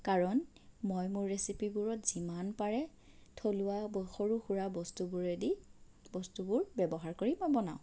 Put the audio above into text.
কাৰণ মই মোৰ ৰেচিপিবোৰত যিমান পাৰে থলুৱা সৰু সুৰা বস্তুবোৰেদি বস্তুবোৰ ব্যৱহাৰ কৰি মই বনাওঁ